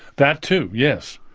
that too, yes.